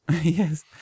Yes